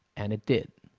and it did.